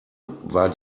war